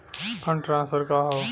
Fund transfer का हव?